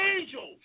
angels